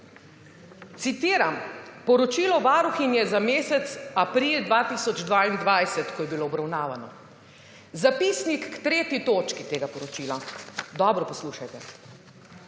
Citiram poročilo varuhinje za mesec april 2022, ko je bilo obravnavano. Zapisnik k 3. točki tega poročila. Dobro poslušajte.